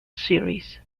series